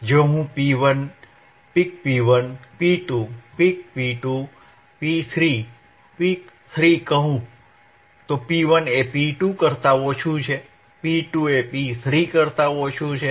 જો હું P1 pick 1 P2 pick 2 P3 pick 3 કહું તો P1 એ P2 કરતા ઓછું P2 એ P3 કરતાં ઓછું છે